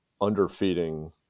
underfeeding